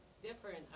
Different